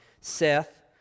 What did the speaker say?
Seth